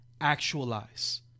actualize